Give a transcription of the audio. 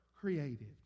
created